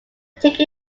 take